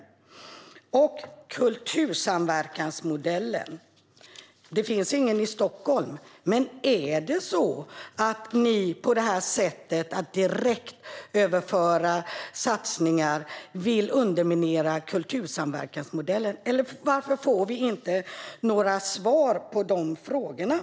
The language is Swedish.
Det finns ingen kultursamverkansmodell i Stockholm. Men vill ni genom att direktöverföra satsningar underminera kultursamverkansmodellen? Varför får vi inte några svar på de frågorna?